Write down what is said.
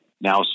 now